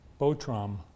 Botrom